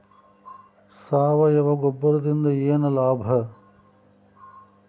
ಸಾವಯವ ಗೊಬ್ಬರದಿಂದ ಏನ್ ಲಾಭ?